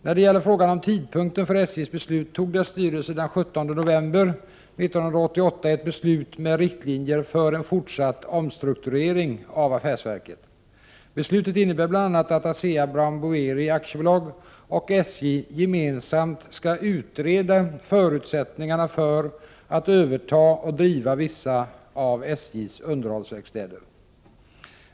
När det gäller frågan om tidpunkten för SJ:s beslut tog dess styrelse den 17 november 1988 ett beslut med riktlinjer för en fortsatt omstrukturering av affärsverket. Beslutet innebär bl.a. att Asea Brown Boveri AB och SJ gemensamt skall utreda förutsättningarna för att överta och driva vissa av SJ:s underhållsverkstäder.